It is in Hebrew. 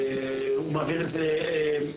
הוא מעביר את זה אלינו,